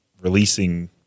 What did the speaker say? releasing